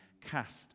Cast